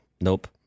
Nope